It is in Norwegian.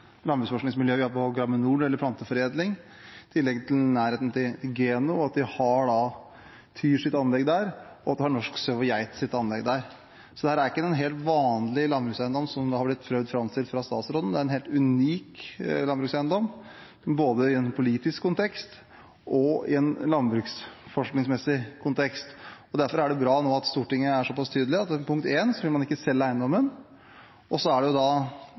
vi har på Graminor når det gjelder planteforedling. I tillegg er det nærhet til Geno, og vi har TYRs og Norsk Sau og Geits anlegg der. Så det er ikke en helt vanlig landbrukseiendom, slik den har blitt prøvd framstilt som av statsråden. Det er en helt unik landbrukseiendom, både i en politisk kontekst og i en landbruksforskningsmessig kontekst. Derfor er det bra at Stortinget nå er såpass tydelig på to ting: Man vil ikke selge eiendommen. Og det er et aksjeselskap som drifter eiendommen. Eierskapet er én ting. Det